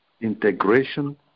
integration